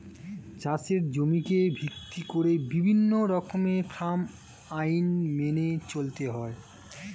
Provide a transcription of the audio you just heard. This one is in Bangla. চাষের জমিকে ভিত্তি করে বিভিন্ন রকমের ফার্ম আইন মেনে চলতে হয়